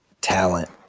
talent